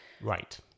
Right